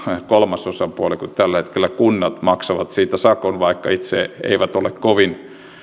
kolmas osapuoli tällä hetkellä kunnat maksaa siitä sakon vaikka ne itse eivät ole kovin